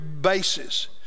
bases